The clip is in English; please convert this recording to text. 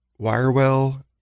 Wirewell